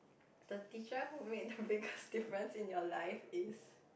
the teacher who made the biggest difference in your life is